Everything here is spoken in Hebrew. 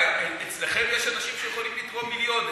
את רואה, אצלכם יש אנשים שיכולים לתרום מיליון.